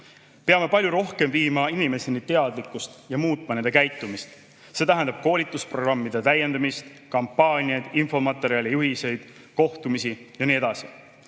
Peame palju rohkem viima inimesteni teadlikkust ja muutma nende käitumist, see tähendab koolitusprogrammide täiendamist, kampaaniaid, infomaterjali, juhiseid, kohtumisi ja nii